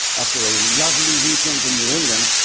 after a lovely weekend in new england,